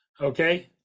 Okay